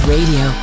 Radio